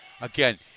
Again